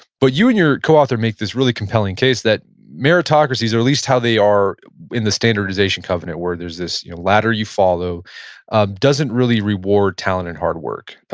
but you and your coauthor make this really compelling case that meritocracies or at least how they are in the standardization covenant where there's this ladder you follow ah doesn't really reward talent and hard work.